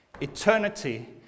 eternity